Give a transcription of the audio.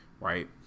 Right